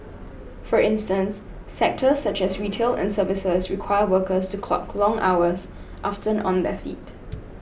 for instance sectors such as retail and services require workers to clock long hours often on their feet